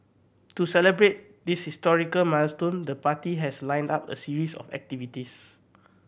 to celebrate this historical milestone the party has lined up a series of activities